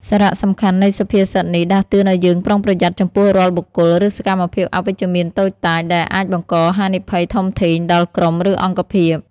សារៈសំខាន់នៃសុភាសិតនេះដាស់តឿនឲ្យយើង ប្រុងប្រយ័ត្ន ចំពោះរាល់បុគ្គល ឬសកម្មភាពអវិជ្ជមានតូចតាច ដែលអាចបង្កហានិភ័យធំធេងដល់ក្រុម ឬអង្គភាព។